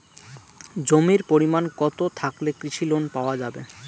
জমির পরিমাণ কতো থাকলে কৃষি লোন পাওয়া যাবে?